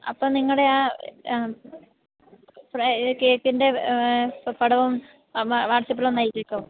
അപ്പം നിങ്ങളുടെ ആ കേക്കിൻ്റെ പടവും വാട്സാപ്പിലൊന്നയച്ചേക്കാമോ